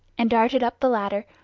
and darted up the ladder,